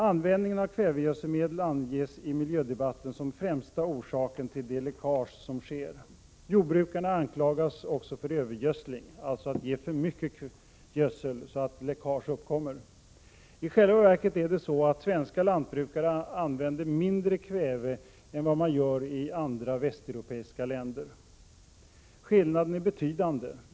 Användningen av kvävegödselmedel anges i miljödebatten som den främsta orsaken till de läckage som sker. Jordbrukarna anklagas också för övergödsling, alltså att ge för mycket gödsel, så att läckage uppkommer. I själva verket använder lantbrukare i vårt land mindre kväve än vad man gör i andra västeuropeiska länder. Skillnaden är betydande.